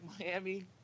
Miami